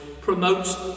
promotes